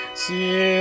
see